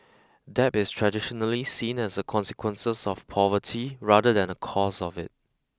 debt is traditionally seen as a consequences of poverty rather than a cause of it